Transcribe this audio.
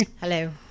Hello